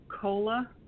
Cola